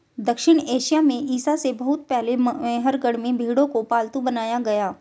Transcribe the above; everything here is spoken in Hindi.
दक्षिण एशिया में ईसा से बहुत पहले मेहरगढ़ में भेंड़ों को पालतू बनाया गया